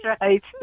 right